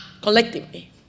collectively